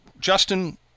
Justin